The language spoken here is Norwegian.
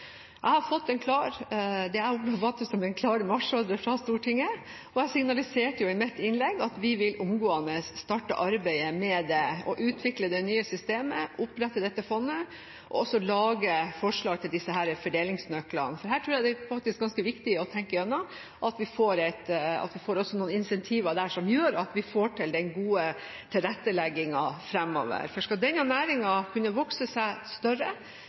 Jeg har fått det jeg oppfatter som en klar marsjordre fra Stortinget, og jeg signaliserte i mitt innlegg at vi omgående vil starte arbeidet med å utvikle det nye systemet, opprette dette fondet, og også lage forslag til disse fordelingsnøklene. Dette tror jeg det er ganske viktig å tenke igjennom sånn at vi får noen incentiver som gjør at vi får til den gode tilretteleggingen fremover. For skal denne næringen kunne vokse seg større,